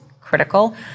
critical